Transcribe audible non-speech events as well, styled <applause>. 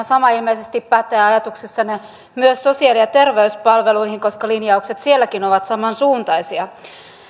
<unintelligible> sama ilmeisesti pätee ajatuksessanne myös sosiaali ja terveyspalveluihin koska linjaukset sielläkin ovat samansuuntaisia